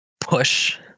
push